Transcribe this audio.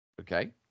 Okay